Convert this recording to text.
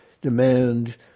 demand